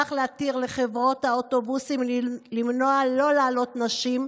כך, יותר לחברות האוטובוסים להימנע מלהעלות נשים,